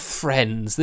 friends